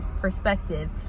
perspective